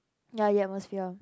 ya you atmosphere